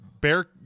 Bear